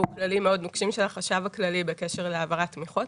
כללים מאוד נוקשים של החשב הכללי בקשר להעברת תמיכות.